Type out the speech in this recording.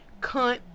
cunt